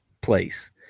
place